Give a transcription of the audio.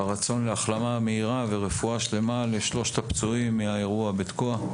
אני שולח מכאן החלמה מהירה ורפואה שלמה לשלושת הפצועים מהאירוע בתקוע.